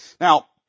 Now